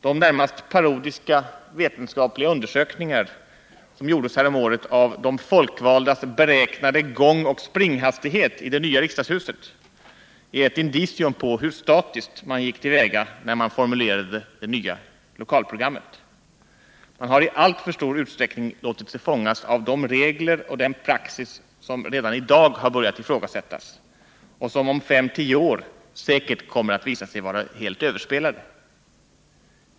De närmast parodiska vetenskapliga undersökningar som gjordes häromåret av de folkvaldas beräknade gångoch springhastighet i det nya riksdagshuset är ett indicium på hur statiskt man har gått till väga när man formulerat det nya lokalprogrammet. Man har i alltför stor utsträckning låtit sig fångas av de regler och den praxis som redan i dag har börjat ifrågasättas och som säkert kommer att visa sig vara helt överspelade om fem tio år.